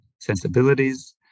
sensibilities